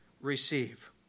receive